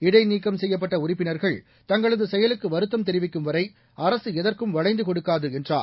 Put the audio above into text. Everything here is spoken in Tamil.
இடைநீக்கம் செய்யப்பட்ட உறுப்பினர்கள் தங்களது செயலுக்கு வருத்தம் தெரிவிக்கும் வரை அரசு எதற்கும் வளைந்து கொடுக்காது என்றார்